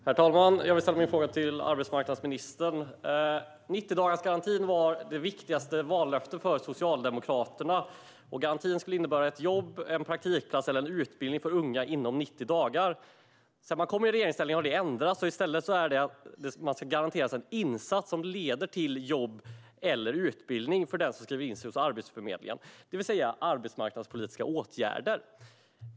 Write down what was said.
Herr talman! Jag vill ställa min fråga till arbetsmarknadsministern. 90-dagarsgarantin var det viktigaste vallöftet för Socialdemokraterna. Garantin skulle innebära ett jobb, en praktikplats eller en utbildning för unga inom 90 dagar. Sedan man kom i regeringsställning har det ändrats. I stället ska den som skriver in sig hos Arbetsförmedlingen garanteras en insats som leder till jobb eller utbildning, det vill säga arbetsmarknadspolitiska åtgärder.